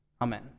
amen